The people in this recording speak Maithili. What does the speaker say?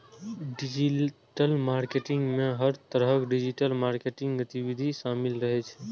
डिजिटल मार्केटिंग मे हर तरहक डिजिटल मार्केटिंग गतिविधि शामिल रहै छै